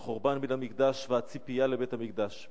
חורבן בית-המקדש והציפייה לבית-המקדש.